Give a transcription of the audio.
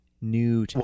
new